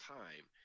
time